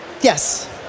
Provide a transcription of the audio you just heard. yes